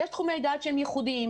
יש תחומי דעת שהם ייחודיים,